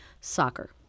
soccer